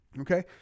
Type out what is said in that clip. Okay